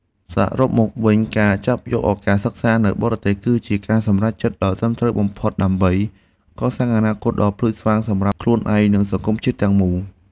សរុបមកវិញការចាប់យកឱកាសសិក្សានៅបរទេសគឺជាការសម្រេចចិត្តដ៏ត្រឹមត្រូវបំផុតដើម្បីកសាងអនាគតដ៏ភ្លឺស្វាងសម្រាប់ខ្លួនឯងនិងសង្គមជាតិទាំងមូល។